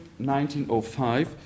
1905